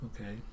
Okay